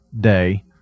Day